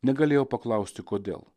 negalėjo paklausti kodėl